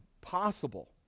possible